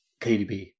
KDB